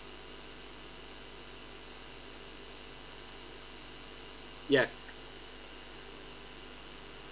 ya